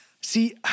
See